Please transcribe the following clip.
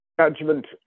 judgment